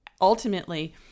ultimately